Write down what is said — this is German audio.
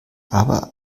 aber